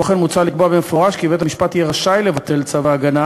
כמו כן מוצע לקבוע במפורש כי בית-המשפט יהיה רשאי לבטל צו הגנה